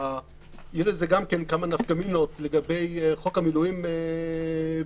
ויהיו לזה כמה נפקא מינות לגבי חוק המילואים בהמשך